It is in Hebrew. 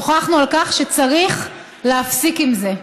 שוחחנו על כך שצריך להפסיק עם זה.